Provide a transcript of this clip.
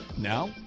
Now